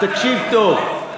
מה הגידול הריאלי?